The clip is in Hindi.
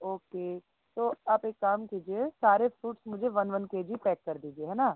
ओके तो आप एक काम कीजिए सारे फ्रूट्स मुझे वन वन केजी पैक कर दीजिए है ना